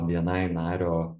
bni nario